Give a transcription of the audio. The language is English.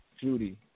Judy